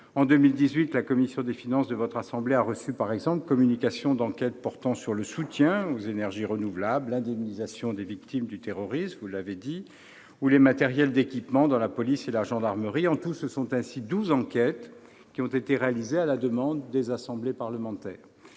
En 2018, la commission des finances de votre assemblée a reçu, par exemple, communication d'enquêtes portant sur le soutien aux énergies renouvelables, l'indemnisation des victimes du terrorisme ou les matériels d'équipement dans la police et la gendarmerie. En tout, ce sont ainsi douze enquêtes qui ont été réalisées à la demande des assemblées parlementaires.